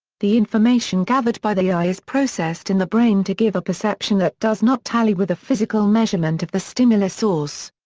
the information gathered by the eye is processed in the brain to give a perception that does not tally with a physical measurement of the stimulus source.